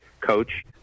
coach